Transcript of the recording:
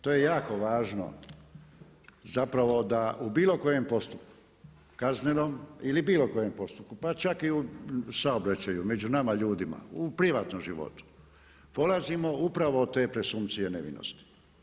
To je jako važno zapravo da u bilo kojem postupku, kaznenom ili bilo kojem postupku, pa čak i u saobraćaju, među nama ljudima, u privatnom životu, polazimo upravo od te presumpcije nevinosti.